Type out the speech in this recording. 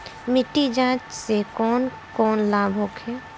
मिट्टी जाँच से कौन कौनलाभ होखे?